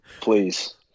please